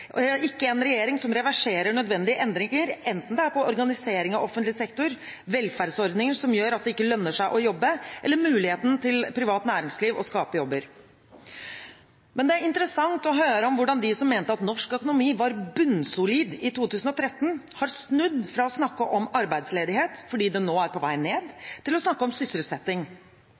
ikke en regjering som reverserer nødvendige endringer, enten det er på organisering av offentlig sektor, velferdsordninger som gjør at det ikke lønner seg å jobbe, eller muligheten for privat næringsliv til å skape jobber. Det er interessant å høre hvordan de som mente at norsk økonomi var bunnsolid i 2013, har snudd fra å snakke om arbeidsledighet, fordi den nå er på vei ned, til å snakke om sysselsetting.